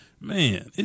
Man